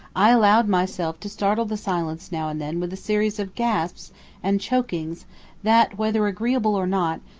i allowed myself to startle the silence now and then with a series of gasps and chokings that whether agreeable or not,